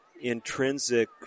intrinsic